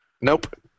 Nope